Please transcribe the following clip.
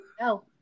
No